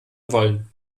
wollen